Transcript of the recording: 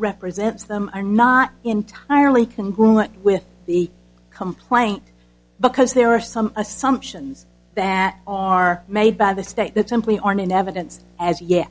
represents them are not entirely congruity with the complaint because there are some assumptions that are made by the state that simply aren't in evidence as yet